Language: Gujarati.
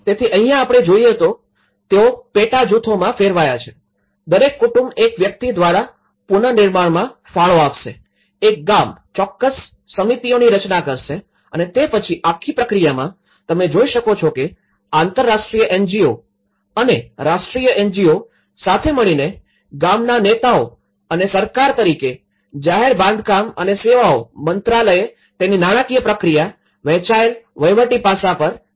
તેથી અહીંયા આપણે જોઈએ તો તેઓ પેટા જૂથોમાં ફેરવાય છે દરેક કુટુંબ એક વ્યક્તિ દ્વારા પુનર્નિર્માણમાં ફાળો આપશે એક ગામ ચોક્કસ સમિતિઓની રચના કરશે અને તે પછી આખી પ્રક્રિયામાં તમે જોઈ શકો છો કે આંતરરાષ્ટ્રીય એનજીઓ અને રાષ્ટ્રીય એનજીઓ સાથે મળીને ગામના નેતાઓ અને સરકાર તરીકે જાહેર બાંધકામ અને સેવાઓ મંત્રાલયે તેની નાણાકીય પ્રક્રિયા વહેંચાયેલ વહીવટી પાસા પર પણ ધ્યાન આપ્યું હતું